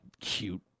cute